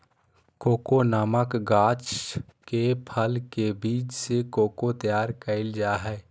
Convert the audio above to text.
cocoa नामक गाछ के फल के बीज से कोको तैयार कइल जा हइ